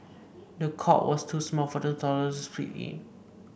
the cot was too small for the toddler to sleep in